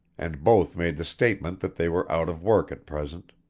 and both made the statement that they were out of work at present.